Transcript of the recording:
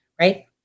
right